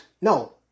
No